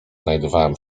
znajdywałem